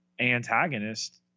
antagonist